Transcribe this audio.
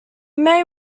may